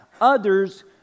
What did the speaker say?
others